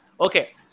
Okay